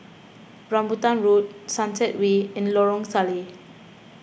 Rambutan Road Sunset Way and Lorong Salleh